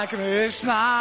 Krishna